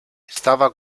estava